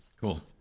Cool